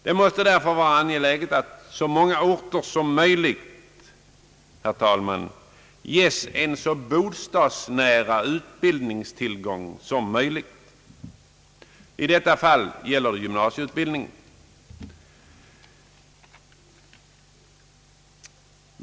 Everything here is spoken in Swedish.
Det måste därför vara angeläget att så många orter som möjligt, herr talman, ges en så bostadsnära utbildningstillgång som möjligt; i detta fall gäller det gymnasieutbildningen.